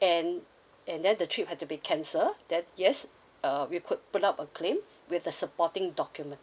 and and then the trip had to be cancel then yes uh we could put up a claim with the supporting document